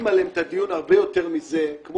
אנחנו